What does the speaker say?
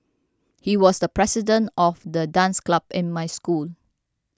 he was the president of the dance club in my school